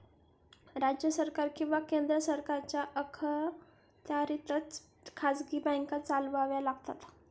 राज्य सरकार किंवा केंद्र सरकारच्या अखत्यारीतच खाजगी बँका चालवाव्या लागतात